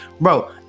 bro